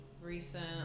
recent